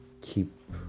keep